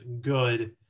good